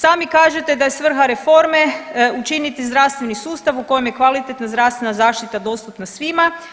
Sami kažete da je svrha reforme učiniti zdravstveni sustav u kojem je kvalitetna zdravstvena zaštita dostupna svima.